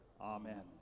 Amen